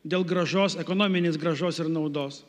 dėl grąžos ekonominės grąžos ir naudos